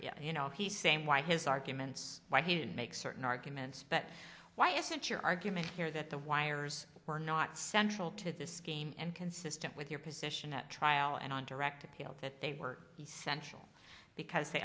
you know he same why his arguments why he didn't make certain arguments but why isn't your argument here that the wires were not central to this scheme and consistent with your position at trial and on direct appeal that they were essential because they